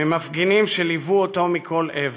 ממפגינים שליוו אותו, מכל עבר.